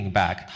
back